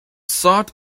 sought